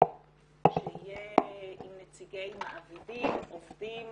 שיהיה עם נציגי מעבידים, עובדים